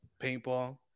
paintball